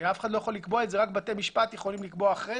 הרי אף אחד לא יכול לקבוע את זה רק בתי משפט יכולים לקבוע בדיעבד,